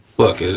look,